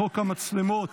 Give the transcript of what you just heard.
חבריי חברי הכנסת,